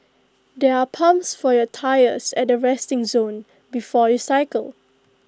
there are pumps for your tyres at the resting zone before you cycle